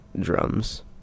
drums